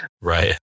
right